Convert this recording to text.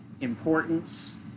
importance